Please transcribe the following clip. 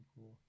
Cool